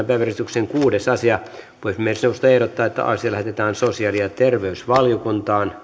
päiväjärjestyksen kuudes asia puhemiesneuvosto ehdottaa että asia lähetetään sosiaali ja terveysvaliokuntaan